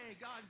God